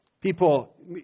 People